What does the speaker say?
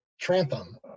Trantham